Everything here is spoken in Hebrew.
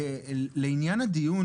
לעניין הדיון,